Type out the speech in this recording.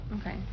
Okay